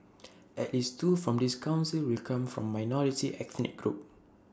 at least two from this Council will come from minority ethnic groups